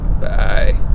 Bye